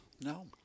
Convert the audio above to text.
No